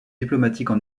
diplomatiques